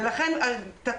כבר תקופה ארוכה.